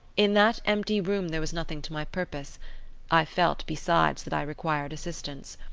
in that empty room there was nothing to my purpose i felt, besides, that i required assistance.